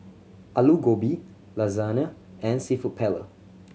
Alu Gobi Lasagna and Seafood Paella